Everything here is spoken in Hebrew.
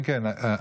כן, כן.